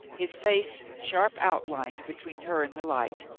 his face sharp outlined be tween her and the light,